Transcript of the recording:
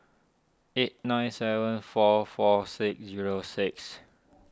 eight nine seven four four six zero six